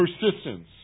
Persistence